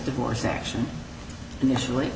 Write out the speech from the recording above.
divorce action initially